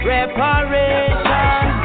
Reparation